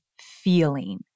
feeling